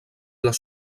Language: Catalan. les